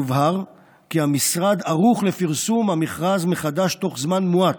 יובהר כי המשרד ערוך לפרסום המכרז מחדש תוך זמן מועט,